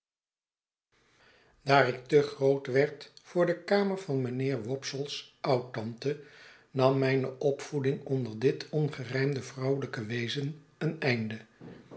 daar ik te groot werd voor de kamer van mijnheer wopsle's oudtante nam mijne opvoeding onder dit ongerijmde vrouwelijke wezen een einde